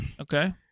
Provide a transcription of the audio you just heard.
Okay